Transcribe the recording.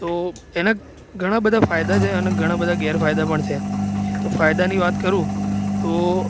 તો એના ઘણા બધા ફાયદા છે અને ઘણા બધા ગેરફાયદા પણ છે તો ફાયદાની વાત કરું તો